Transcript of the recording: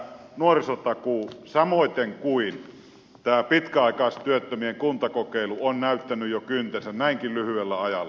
nuorisotakuu samoiten kuin tämä pitkäaikaistyöttömien kuntakokeilu on näyttänyt jo kyntensä näinkin lyhyellä ajalla